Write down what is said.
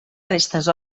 restes